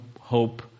hope